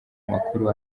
makuru